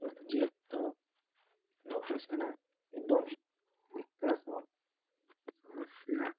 ପର୍ଯ୍ୟାପ୍ତ ଗବେଷଣା ଏବଂ ବିକାଶ ସମସ୍ୟା